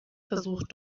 versucht